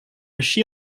així